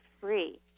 free